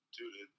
Dude